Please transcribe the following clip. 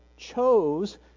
chose